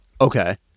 Okay